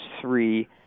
three